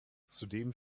zudem